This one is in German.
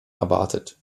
erwartet